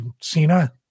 Cena